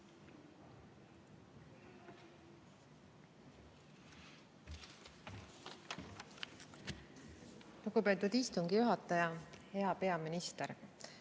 Lugupeetud istungi juhataja! Hea peaminister!